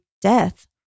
death